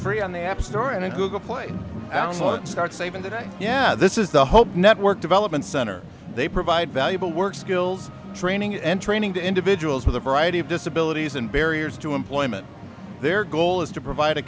free on the app store and google play start saving today yeah this is the hope network development center they provide valuable work skills training and training to individuals with a variety of disabilities and barriers to employment their goal is to provide a